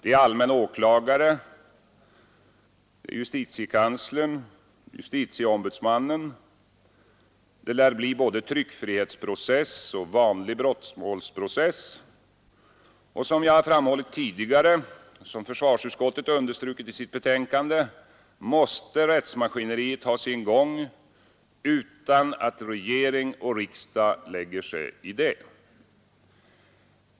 Det är allmän åklagare, JK och JO. Det lär bli både tryckfrihetsprocess och vanlig brottmålsprocess. Som jag framhållit förut och som försvarsutskottet understrukit i sitt betänkande, måste rättsmaskineriet ha sin gång utan att regering och riksdag lägger sig i det.